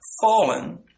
fallen